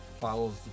follows